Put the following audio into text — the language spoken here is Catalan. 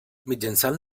mitjançant